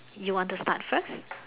you want to start first